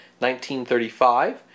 1935